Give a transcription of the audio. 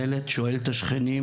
דופק בדלת ושואל את השכנים,